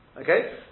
Okay